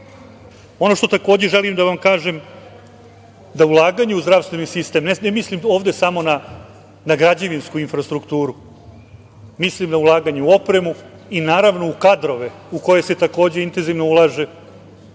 sad. Ono što, takođe, želim da vam kažem jeste da ulaganje u zdravstveni sistem, ne mislim ovde samo na građevinsku infrastrukturu, mislim na ulaganje u opremu i, naravno, u kadrove u koje se takođe intenzivno ulaže,